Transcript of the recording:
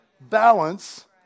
balance